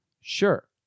Sure